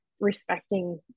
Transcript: respecting